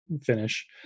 finish